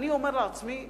אני אומר לעצמי,